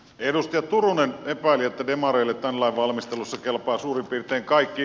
edustaja turunen epäili että demareille tämän lain valmistelussa kelpaa suurin piirtein kaikki